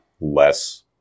less